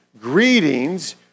Greetings